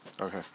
Okay